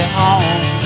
home